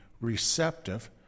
receptive